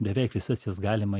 beveik visas jas galima